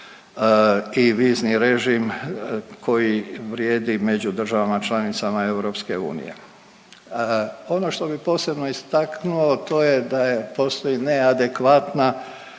i vizni režim koji vrijedi među državama članicama EU. Ono što bi posebno istaknuo, a to je da je, postoji neadekvatna